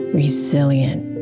resilient